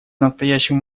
настоящему